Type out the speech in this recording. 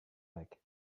like